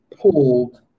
pulled